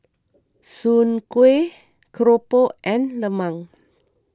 Soon Kuih Keropok and Lemang